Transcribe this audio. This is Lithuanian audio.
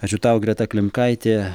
ačiū tau greta klimkaitė